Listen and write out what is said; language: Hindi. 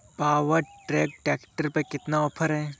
पावर ट्रैक ट्रैक्टर पर कितना ऑफर है?